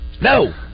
No